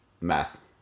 Math